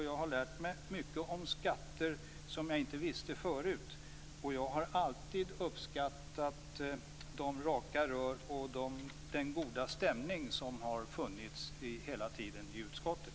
Jag har lärt mig mycket om skatter som jag inte visste förut, och jag har alltid uppskattat de raka rör och den goda stämning som har funnits hela tiden i utskottet.